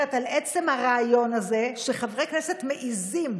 אני מדברת על עצם הרעיון הזה שחברי כנסת מעיזים,